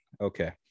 okay